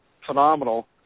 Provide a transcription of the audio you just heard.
phenomenal